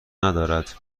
ندارد